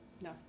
No